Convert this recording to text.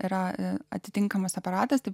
yra atitinkamas aparatas